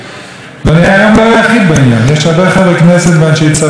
יש הרבה חברי כנסת ואנשי צבא ואנשי כלכלה שחושבים כך